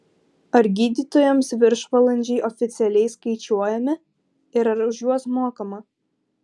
ar gydytojams viršvalandžiai oficialiai skaičiuojami ir ar už juos mokama